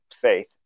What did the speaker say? Faith